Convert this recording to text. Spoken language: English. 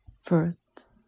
First